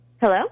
Hello